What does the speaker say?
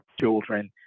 children